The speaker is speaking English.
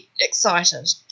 excited